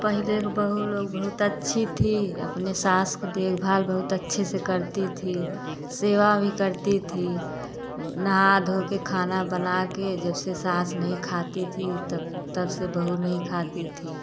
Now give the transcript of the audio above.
पहले के बहू लोग बहुत अच्छी थी अपने सास का देखभाल बहुत अच्छे से करती थी सेवा भी करती थी नहा धो के खाना बना के जब से सास नहीं खाती थी तब तब से बहू नहीं खाती थी